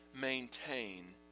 maintain